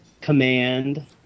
command